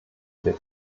wir